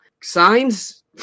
Signs